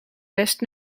best